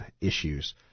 issues